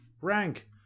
Rank